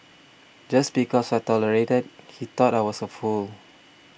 just because I tolerated he thought I was a fool